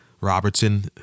Robertson